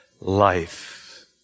life